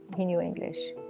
he knew english.